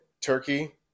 turkey